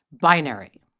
binary